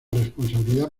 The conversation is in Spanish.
responsabilidad